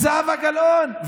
זהבה גלאון,